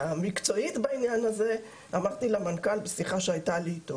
המקצועית בעניין הזה אמרתי למנכ"ל בשיחה שהייתה לי איתו.